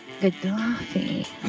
Gaddafi